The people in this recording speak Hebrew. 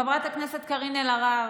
חברת הכנסת קארין אלהרר,